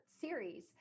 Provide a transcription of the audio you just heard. series